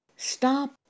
Stop